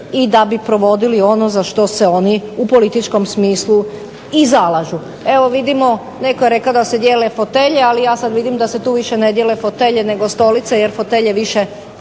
i da bi provodili ono za što se oni u političkom smislu zalažu. Evo vidimo netko je rekao da se dijele fotelje, ali ja sada vidim da se tu više ne dijele fotelje nego stolice jer fotelje više